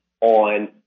on